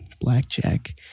blackjack